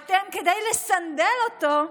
אתם, כדי לסנדל אותו,